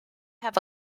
have